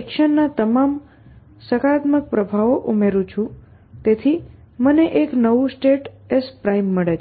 એક્શનના તમામ સકારાત્મક પ્રભાવો ઉમેરું છું તેથી મને એક નવું સ્ટેટ S મળે છે